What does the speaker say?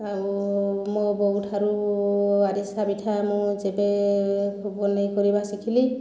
ଆଉ ମୋ ବୋଉ ଠାରୁ ଆରିସା ପିଠା ମୁଁ ଯେବେ ବନେଇ କରିବା ଶିଖିଲି